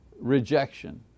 rejection